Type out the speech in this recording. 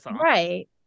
right